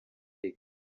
the